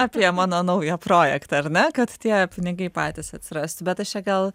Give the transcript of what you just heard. apie mano naują projektą ar ne kad tie pinigai patys atsirastų bet aš čia gal